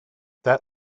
that